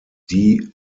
die